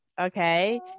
Okay